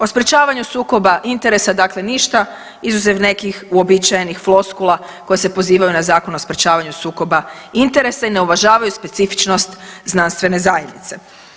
O sprječavanju sukoba interesa dakle ništa izuzev nekih uobičajenih floskula koje se pozivaju na Zakon o sprječavanju sukoba interesa i ne uvažavaju specifičnost znanstvene zajednice.